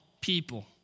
people